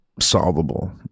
solvable